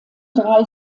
drei